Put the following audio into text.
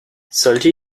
sollte